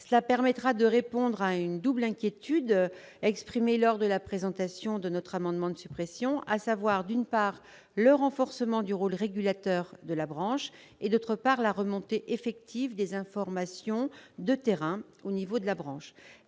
Cela permettra de répondre à une double inquiétude exprimée lors de la présentation de notre amendement de suppression, à savoir, d'une part, le renforcement du rôle régulateur de la branche et, d'autre part, la remontée effective des informations de terrain au niveau de la branche.